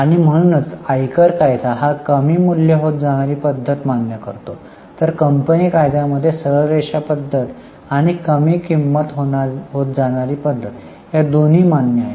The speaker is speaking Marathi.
आणि म्हणूनच आयकर कायदा हा कमी मूल्य होत जाणारी पद्धत मान्य करतो तर कंपनी कायदा मध्ये सरळ रेषा पद्धत आणि कमी किंमत होत जाणारी पद्धत दोन्ही मान्य आहे